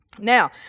Now